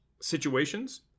situations